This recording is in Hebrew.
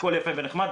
הכל יפה ונחמד,